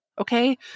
okay